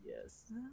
yes